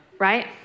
right